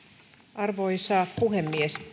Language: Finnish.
arvoisa puhemies